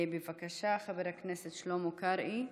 בבקשה, חבר הכנסת שלמה קרעי.